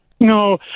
No